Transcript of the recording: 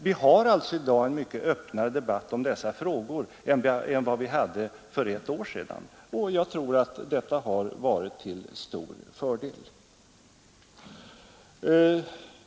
Vi har alltså i dag en mycket öppnare debatt i dessa frågor än vad vi hade för ett år sedan, och jag tror att detta har varit till stor fördel.